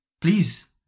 Please